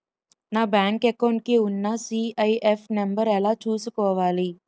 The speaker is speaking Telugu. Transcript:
నా బ్యాంక్ అకౌంట్ కి ఉన్న సి.ఐ.ఎఫ్ నంబర్ ఎలా చూసుకోవాలి?